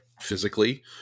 physically